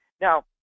now